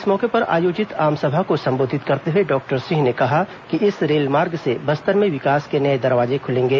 इस मौके पर आयोजित आमसभा को सम्बोधित करते हए डॉक्टर सिंह ने कहा कि इस रेलमार्ग से बस्तर में विकास के नये दरवाजे खलेंगे